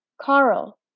Carl